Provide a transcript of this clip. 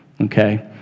okay